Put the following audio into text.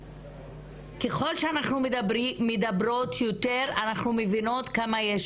ככל שאנחנו מדברות יותר אנחנו מבינות כמה יש